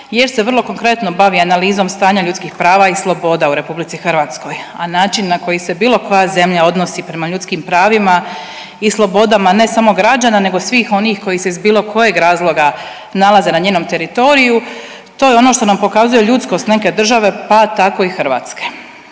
jer se vrlo konkretno bavi analizom stanja ljudskih prava i sloboda u RH, a način na koji se bilo koja zemlja prema ljudskim pravima i slobodama ne samo građana nego svih onih koji se iz bilo kojeg razloga nalaze na njenom teritoriju to je ono što nam pokazuje ljudskost neke države pa tako i Hrvatske.